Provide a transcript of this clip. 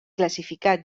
classificà